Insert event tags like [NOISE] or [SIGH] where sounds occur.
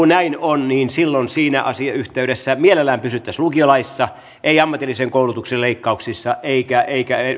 [UNINTELLIGIBLE] näin on niin silloin siinä asiayhteydessä mielellään pysyttäisiin lukiolaissa ei ammatillisen koulutuksen leikkauksissa eikä